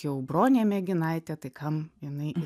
jau bronė mėginaitė tai kam jinai